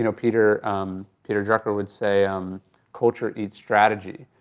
you know peter um peter drucker would say, um culture eats strategy.